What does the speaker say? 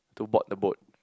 to board the boat